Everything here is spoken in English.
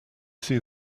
see